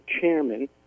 chairman